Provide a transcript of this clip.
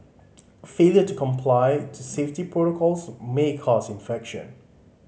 failure to comply to safety protocols may cause infection